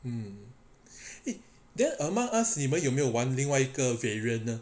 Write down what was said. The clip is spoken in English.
mm eh then among us 你们有没有玩另外一个 variant 呢